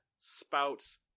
spouts